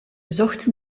zochten